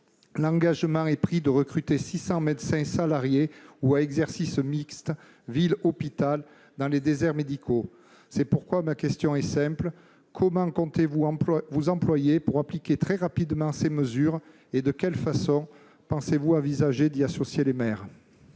l'engagement est pris de recruter 600 médecins salariés ou à exercice mixte ville et hôpital dans les déserts médicaux. Ma question est simple : comment comptez-vous procéder pour appliquer très rapidement ces mesures et de quelle façon envisagez-vous d'y associer les maires ?